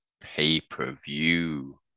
Pay-per-view